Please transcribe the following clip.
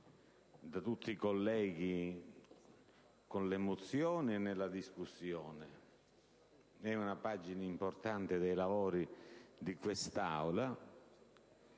da tutti i colleghi con le mozioni e nella discussione: si tratta di una pagina importante dei lavori di questa